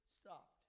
stopped